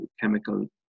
chemical